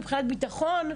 מבחינת ביטחון,